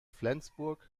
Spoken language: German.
flensburg